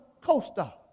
co-star